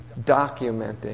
documenting